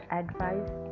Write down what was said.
advice